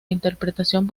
interpretación